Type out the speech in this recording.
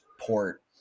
port